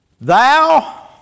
Thou